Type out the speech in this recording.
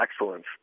excellence